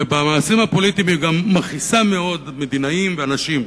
ובמעשים הפוליטיים היא גם מכעיסה מאוד מדינאים ואנשים.